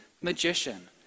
magician